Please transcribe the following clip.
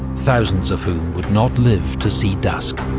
thousands of whom would not live to see dusk.